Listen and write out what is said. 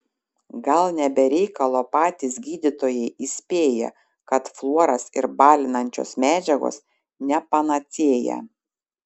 gal ne be reikalo patys gydytojai įspėja kad fluoras ir balinančios medžiagos ne panacėja